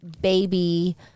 baby